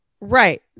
Right